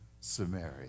Samaria